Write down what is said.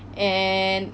and